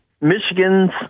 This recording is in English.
Michigan's